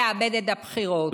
לאבד את הבחירות.